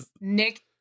Nick